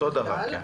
אותו דבר, כן.